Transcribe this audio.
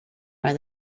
are